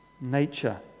nature